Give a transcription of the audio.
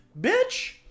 bitch